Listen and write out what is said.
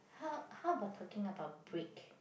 how how about talking about break